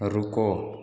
रुको